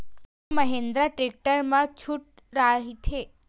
का महिंद्रा टेक्टर मा छुट राइथे?